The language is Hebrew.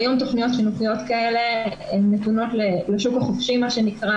היום תכניות חינוכיות כאלה נתונות לשוק החופשי מה שנקרא,